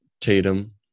Tatum